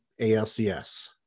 ALCS